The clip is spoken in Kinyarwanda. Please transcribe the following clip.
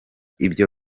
ibyo